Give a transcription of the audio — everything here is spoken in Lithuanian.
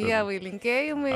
ievai linkėjimai